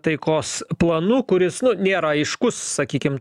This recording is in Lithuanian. taikos planu kuris nu nėra aiškus sakykim